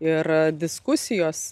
ir diskusijos